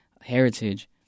heritage